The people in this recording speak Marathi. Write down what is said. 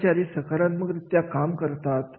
कर्मचारी सकारात्मकरीत्या काम करतात